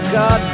God